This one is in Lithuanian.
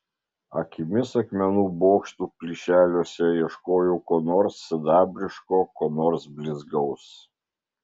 akimis akmenų bokštų plyšeliuose ieškojau ko nors sidabriško ko nors blizgaus